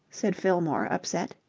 said fillmore, upset.